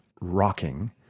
rocking